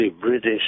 British